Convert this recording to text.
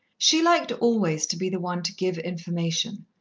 she liked always to be the one to give information,